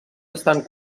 estan